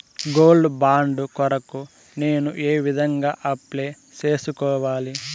Gold bond కొరకు నేను ఏ విధంగా అప్లై సేసుకోవాలి?